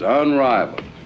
unrivaled